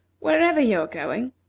wherever you are going.